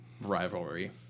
rivalry